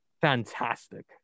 fantastic